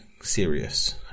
serious